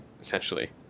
essentially